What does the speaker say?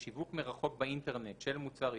בשיווק מרחוק באינטרנט של מוצר עישון,